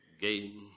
gain